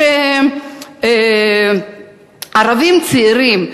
שערבים צעירים,